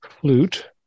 flute